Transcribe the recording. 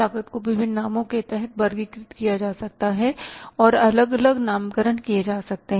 लागत को विभिन्न नामों के तहत वर्गीकृत किया जा सकता है और अलग अलग नाम करण किए जा सकते हैं